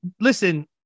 listen